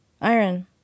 Iron